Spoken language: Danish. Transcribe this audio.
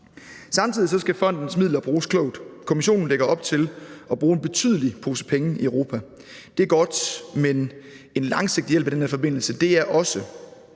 Samtidig skal fondens midler bruges klogt. Kommissionen lægger op til at bruge en betydelig pose penge i Europa. Det er godt, men en langsigtet hjælp i den her forbindelse er også